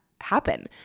happen